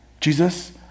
Jesus